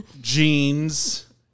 jeans